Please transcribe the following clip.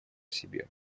себе